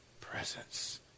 presence